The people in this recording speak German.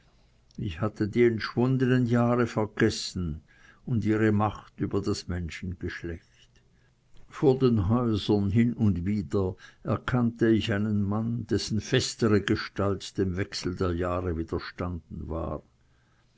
ich hatte die entschwundenen jahre vergessen und ihre macht über das menschengeschlecht vor den häusern hin und wieder erkannte ich einen mann dessen festere gestalt dem wechsel der jahre widerstanden war